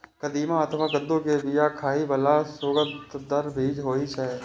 कदीमा अथवा कद्दू के बिया खाइ बला सुअदगर बीज होइ छै